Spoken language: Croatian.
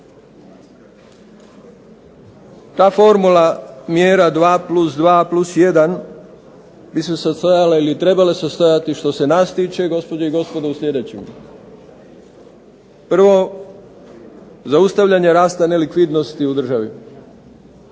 Ta formula mjera 2+2+1 bi se sastajale ili trebale sastajati što se nas tiče gospođe i gospodo u sljedećem. Prvo, zaustavljanje rasta nelikvidnosti u državi.